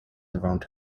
around